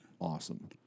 Awesome